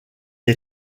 est